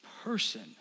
person